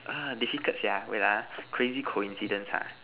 uh difficult sia wait ah crazy coincidence ha